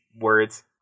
words